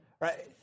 right